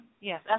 Yes